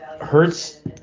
Hurts